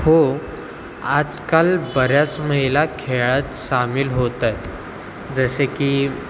हो आजकाल बऱ्याच महिला खेळात सामील होत आहेत जसे की